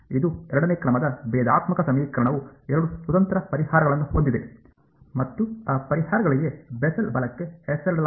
ಇದು ಎರಡನೇ ಕ್ರಮದ ಭೇದಾತ್ಮಕ ಸಮೀಕರಣವು ಎರಡು ಸ್ವತಂತ್ರ ಪರಿಹಾರಗಳನ್ನು ಹೊಂದಿದೆ ಮತ್ತು ಆ ಪರಿಹಾರಗಳಿಗೆ ಬೆಸೆಲ್ ಬಲಕ್ಕೆ ಹೆಸರಿಡಲಾಗಿದೆ